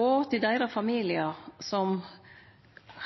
og til deira familiar, som